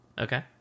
Okay